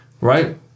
right